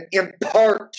impart